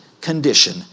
condition